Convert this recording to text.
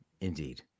Indeed